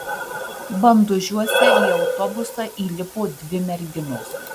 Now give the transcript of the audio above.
bandužiuose į autobusą įlipo dvi merginos